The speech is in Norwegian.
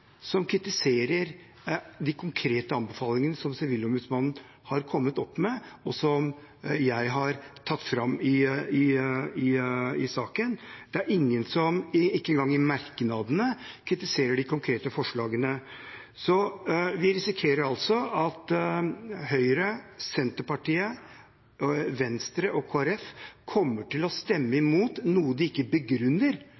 som kritiserer de konkrete anbefalingene som Sivilombudsmannen har kommet med, og som jeg har tatt fram i saken. Det er ingen som kritiserer de konkrete forslagene, ikke engang i merknadene. Vi risikerer altså at Høyre, Senterpartiet, Venstre og Kristelig Folkeparti kommer til å stemme